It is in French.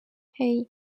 hey